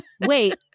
Wait